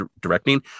directing